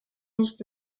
nicht